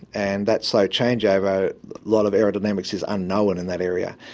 and that slow changeover, a lot of aerodynamics is unknown in that area.